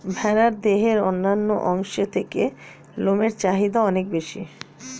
ভেড়ার দেহের অন্যান্য অংশের থেকে লোমের চাহিদা অনেক বেশি